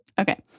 Okay